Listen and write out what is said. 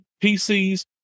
PCs